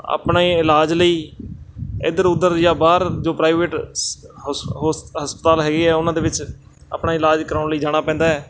ਆਪਣੇ ਇਲਾਜ ਲਈ ਇੱਧਰ ਉੱਧਰ ਜਾਂ ਬਾਹਰ ਜੋ ਪ੍ਰਾਈਵੇਟ ਹਸਪਤਾਲ ਹੈਗੇ ਆ ਉਹਨਾਂ ਦੇ ਵਿੱਚ ਆਪਣਾ ਇਲਾਜ ਕਰਵਾਉਣ ਲਈ ਜਾਣਾ ਪੈਂਦਾ ਹੈ